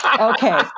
Okay